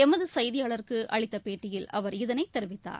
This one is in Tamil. எமதுசெய்தியாளருக்குஅளித்தபேட்டியில் அவர் இதனைதெரிவித்தார்